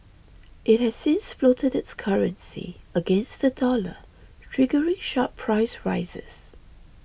it has since floated its currency against the dollar triggering sharp price rises